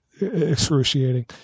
excruciating